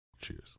Cheers